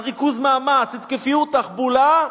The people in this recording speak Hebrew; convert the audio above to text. על ריכוז מאמץ, התקפיות, תחבולה,